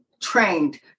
trained